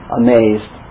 amazed